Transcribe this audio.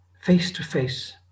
face-to-face